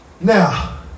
Now